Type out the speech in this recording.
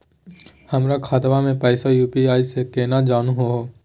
हमर खतवा के पैसवा यू.पी.आई स केना जानहु हो?